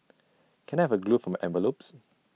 can I have A glue for my envelopes